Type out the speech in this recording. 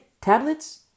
tablets